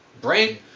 brain